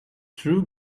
true